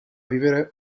vivere